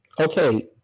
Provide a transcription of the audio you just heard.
okay